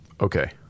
Okay